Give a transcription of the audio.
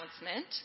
announcement